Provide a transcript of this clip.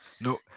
No